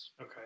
Okay